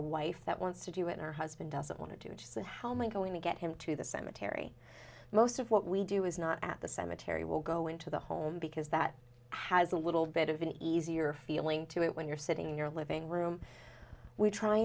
a wife that wants to do it her husband doesn't want to do just that how am i going to get him to the cemetery most of what we do is not at the cemetery will go into the home because that has a little bit of an easier feeling to it when you're sitting in your living room we're try